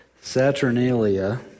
Saturnalia